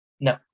No